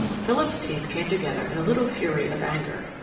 philip's teeth came together in a little fury of anger.